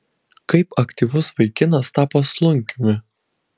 kaip aktyvus vaikinas tapo slunkiumi